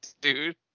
dude